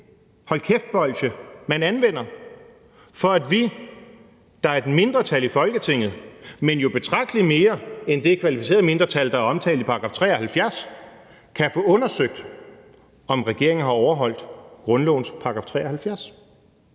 hold kæft-bolsje, man anvender, for at vi, der er et mindretal i folketinget, men jo betragtelig mere end det kvalificerede mindretal, der er omtalt i § 73, kan få undersøgt, om regeringen har overholdt grundlovens § 73.